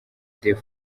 deux